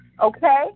okay